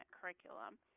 curriculum